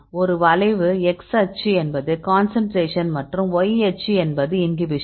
ஒரு வளைவு x அச்சு என்பது கான்சன்ட்ரேஷன் மற்றும் y அச்சு என்பது இன்ஹிபிஷன்